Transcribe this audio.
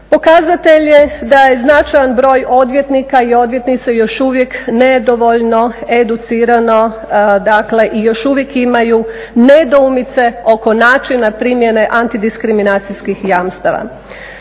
pokazatelj je da je značajan broj odvjetnika i odvjetnica još uvijek nedovoljno educirano i još uvijek imaju nedoumice oko načina primjene antidiskriminacijskih jamstava.